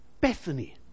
Bethany